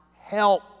help